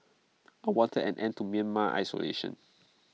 I wanted an end to Myanmar's isolation